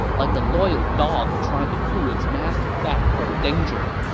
like a loyal dog trying to pull its master back from danger